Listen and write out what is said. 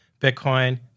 Bitcoin